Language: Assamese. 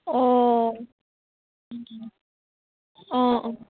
অঁ অঁ অঁ